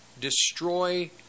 destroy